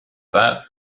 that